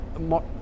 more